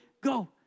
Go